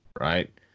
Right